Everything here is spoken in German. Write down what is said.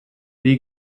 die